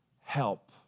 help